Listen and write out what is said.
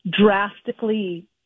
drastically